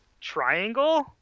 triangle